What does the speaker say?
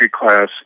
class